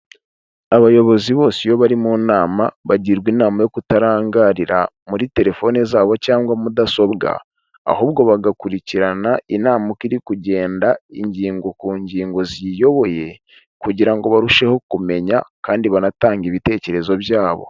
Abayobozi bose iyo bari mu nama bagirwa inama yo kutarangarira muri telefone zabo cyangwa mudasobwa ahubwo bagakurikirana inama uko iri kugenda ingingo ku ngingo ziyiyoboye kugira ngo barusheho kumenya kandi banatanga ibitekerezo byabo.